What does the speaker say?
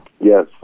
Yes